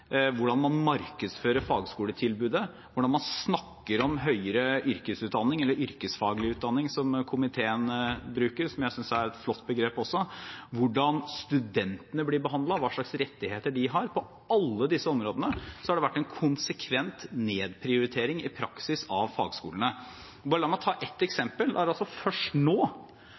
hvordan man markedsfører fagskoletilbudet, hvordan man snakker om høyere yrkesfaglig utdanning – et uttrykk komiteen bruker, og som jeg også synes er et flott begrep – hvordan studentene blir behandlet, og hva slags rettigheter de har. På alle disse områdene har det vært en konsekvent nedprioritering av praksis i fagskolene. La meg bare ta ett eksempel. Det er først nå